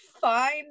fine